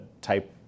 type